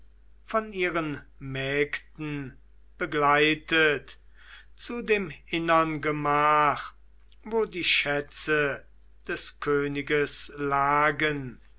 von ihren mägden begleitet zu dem innern gemach wo die schätze des königes lagen